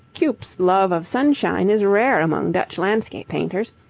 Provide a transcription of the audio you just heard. cuyp's love of sunshine is rare among dutch landscape painters.